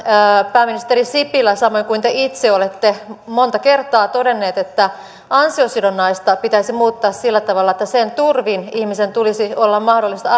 pääministeri sipilä samoin kuin te itse olette monta kertaa todennut että ansiosidonnaista pitäisi muuttaa sillä tavalla että sen turvin ihmisen tulisi olla mahdollista